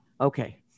okay